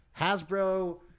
Hasbro